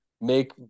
make